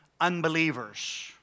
unbelievers